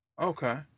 Okay